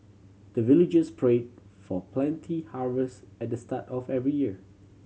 the villagers pray for plenty harvest at the start of every year